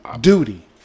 duty